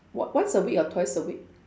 on~ once a week or twice a week